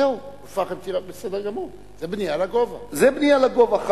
בסדר גמור, זו בנייה לגובה.